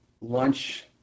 lunch